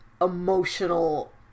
emotional